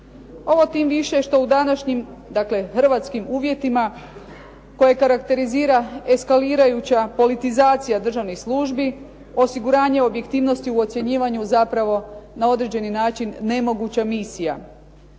Ovo tim više što u današnjim, dakle hrvatskim uvjetima koje karakterizira eskalirajuća politizacija državnih službi, osiguranje objektivnosti u ocjenjivanju, zapravo na određeni način nemoguća misija.